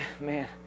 man